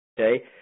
okay